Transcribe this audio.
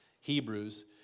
Hebrews